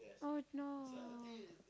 oh no